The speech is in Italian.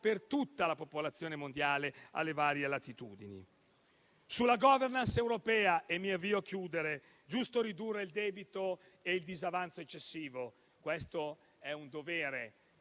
per tutta la popolazione mondiale alle varie latitudini. Sulla *governance* europea, in conclusione, è giusto ridurre il debito e il disavanzo eccessivi. Questo è un dovere